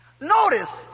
Notice